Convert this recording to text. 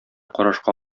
карашка